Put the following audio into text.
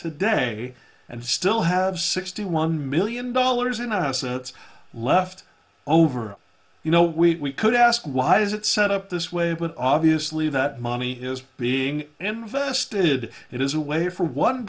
today and still have sixty one million dollars in assets left over you know we could ask why is it set up this way but obviously that money is being invested it is a way for one